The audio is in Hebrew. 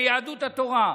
ליהדות התורה,